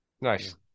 nice